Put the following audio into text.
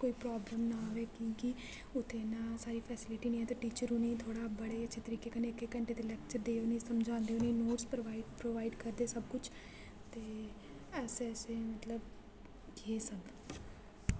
कोई प्राब्लम ना आवे क्युंकी उत्थै ना इन्नी सारी फैसिलिटी नेईं ऐ ते टीचर उनेई थोह्ड़ा बड़ा ही अच्छे तरीके कन्नै इक इक घंटे दे लैक्चर देइयै उनेई समझादे उनेई नोट्स प्रोवाइड करदे सब कुछ ते ऐसे ऐसे मतलब एह् सब